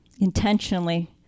intentionally